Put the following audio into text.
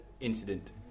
incident